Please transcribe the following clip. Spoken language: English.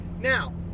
Now